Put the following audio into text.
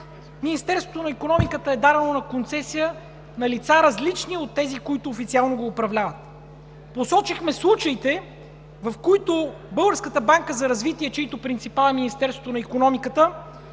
Министерството на икономиката е давало концесия на лица, различни от тези, които официално го управляват. Посочихме случаите, в които Българската банка за развитие, чийто принципал е Министерството на икономиката,